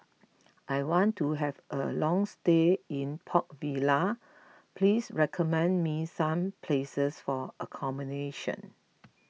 I want to have a long stay in Port Vila please recommend me some places for accommodation